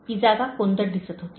ती जागा कोंदट दिसत होती